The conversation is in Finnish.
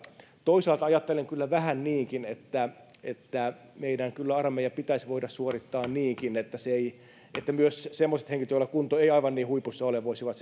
toisaalta ajattelen kyllä vähän niinkin että että meidän kyllä pitäisi voida suorittaa armeija niinkin että myös semmoiset henkilöt joilla kunto ei aivan niin huipussa ole voisivat